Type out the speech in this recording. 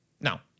Now